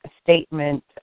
statement